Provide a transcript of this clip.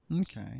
Okay